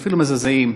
אפילו מזעזעים,